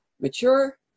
mature